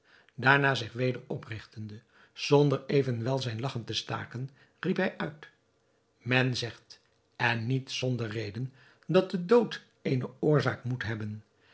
daarna zich weder oprigtende zonder evenwel zijn lagchen te staken riep hij uit men zegt en niet zonder reden dat de dood eene oorzaak moet hebben